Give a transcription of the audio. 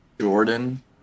Jordan